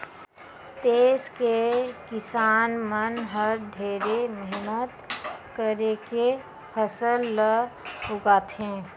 देस के किसान मन हर ढेरे मेहनत करके फसल ल उगाथे